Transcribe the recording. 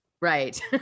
Right